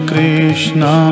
Krishna